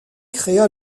créa